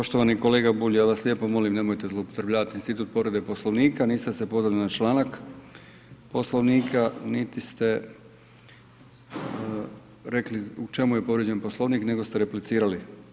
Poštovani kolega Bulj, ja vas lijepo molim, nemojte zloupotrebljavati institut povrede Poslovnika, niste se pozvali na članak Poslovnika niti ste rekli u čemu je povrijeđen Poslovnik nego ste replicirali.